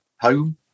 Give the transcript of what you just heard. home